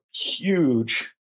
huge